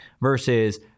Versus